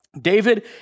David